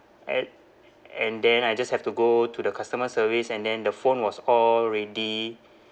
at and then I just have to go to the customer service and then the phone was all ready